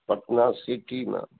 Patna सिटीमे